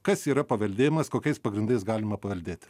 kas yra paveldėjimas kokiais pagrindais galima paveldėti